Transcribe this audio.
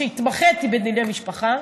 שהתמחיתי בדיני משפחה,